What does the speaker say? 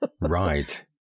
Right